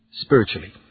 Spiritually